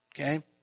Okay